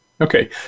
Okay